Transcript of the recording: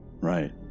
Right